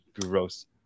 Gross